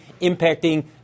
impacting